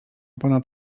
ponad